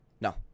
No